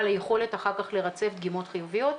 היכולת אחר כך לרצף דגימות חיוביות,